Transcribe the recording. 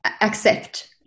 accept